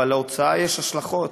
אבל להוצאה יש השלכות.